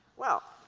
well,